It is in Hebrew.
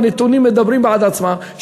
והנתונים מדברים בעד עצמם,